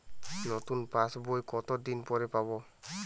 নতুন পাশ বই কত দিন পরে পাবো?